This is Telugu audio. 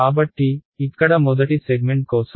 కాబట్టి ఇక్కడ మొదటి సెగ్మెంట్ కోసం